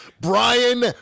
Brian